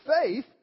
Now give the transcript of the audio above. faith